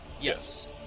Yes